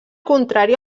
contrari